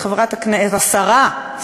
חברת הכנסת מירב בן ארי,